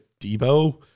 Debo